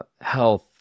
health